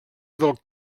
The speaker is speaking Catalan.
del